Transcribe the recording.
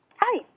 Hi